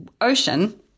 ocean